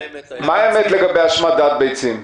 מה האמת לגבי השמדת ביצים?